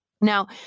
Now